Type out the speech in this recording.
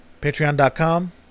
patreon.com